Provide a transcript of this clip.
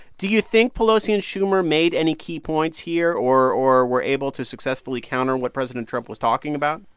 do you think pelosi and schumer made any key points here or or were able to successfully counter what president trump was talking about?